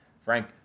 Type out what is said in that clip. Frank